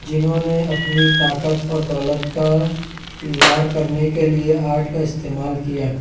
جنہوں نے اپنی طاقت اور دولت کا اظہار کرنے کے لئے آرٹ کا استعمال کیا